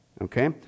Okay